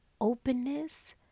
openness